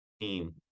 team